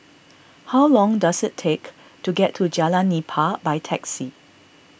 how long does it take to get to Jalan Nipah by taxi